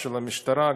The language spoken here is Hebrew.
של המשטרה,